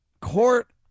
court